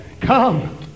come